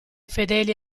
fedeli